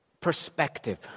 perspective